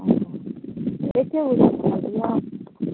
ओ एकेगो रुम खाली यऽ